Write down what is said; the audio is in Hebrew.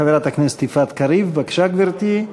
חברת הכנסת יפעת קריב, בבקשה, גברתי,